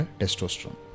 testosterone